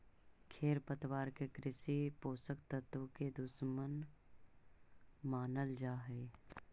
खेरपतवार के कृषि पोषक तत्व के दुश्मन मानल जा हई